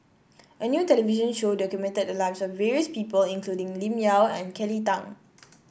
a new television show documented the lives of various people including Lim Yau and Kelly Tang